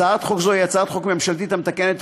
הצעת חוק זו היא הצעת חוק ממשלתית המתקנת את